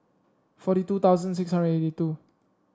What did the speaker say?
forty two thousand six hundred and eighty two